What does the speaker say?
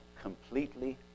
completely